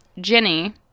Jenny